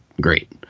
great